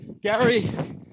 Gary